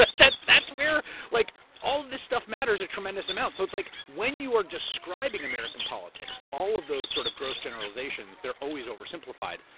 but that's that's where like all of this stuff matters a tremendous amount. so it's like when you are describing american politics, all of those sort of gross generalizations, they're always oversimplified.